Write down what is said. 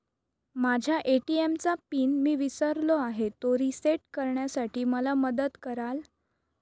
माझ्या ए.टी.एम चा पिन मी विसरलो आहे, तो रिसेट करण्यासाठी मला मदत कराल?